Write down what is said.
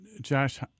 Josh